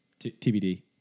TBD